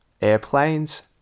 airplanes